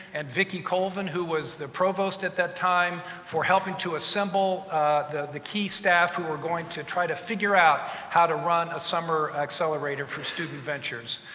and vicki colvin, who was the provost at that time, for helping to assemble the the key staff who were going to try to figure out how to run a summer accelerator for student ventures.